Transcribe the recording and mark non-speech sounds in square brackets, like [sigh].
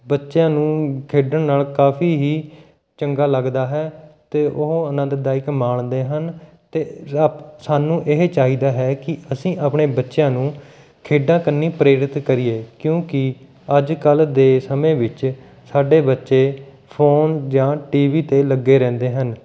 ਬੱਚਿਆਂ ਨੂੰ ਖੇਡਣ ਨਾਲ ਕਾਫੀ ਹੀ ਚੰਗਾ ਲੱਗਦਾ ਹੈ ਅਤੇ ਉਹ ਆਨੰਦ ਦਾਇਕ ਮਾਣਦੇ ਹਨ ਅਤੇ [unintelligible] ਸਾਨੂੰ ਇਹ ਚਾਹੀਦਾ ਹੈ ਕਿ ਅਸੀਂ ਆਪਣੇ ਬੱਚਿਆਂ ਨੂੰ ਖੇਡਾਂ ਕੰਨੀ ਪ੍ਰੇਰਿਤ ਕਰੀਏ ਕਿਉਂਕਿ ਅੱਜ ਕੱਲ ਦੇ ਸਮੇਂ ਵਿੱਚ ਸਾਡੇ ਬੱਚੇ ਫ਼ੋਨ ਜਾਂ ਟੀਵੀ 'ਤੇ ਲੱਗੇ ਰਹਿੰਦੇ ਹਨ